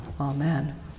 amen